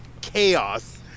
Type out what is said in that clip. chaos